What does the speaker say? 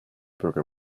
broke